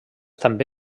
també